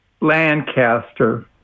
Lancaster